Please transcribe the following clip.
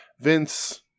Vince